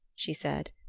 she said,